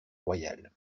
royal